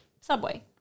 subway